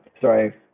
Sorry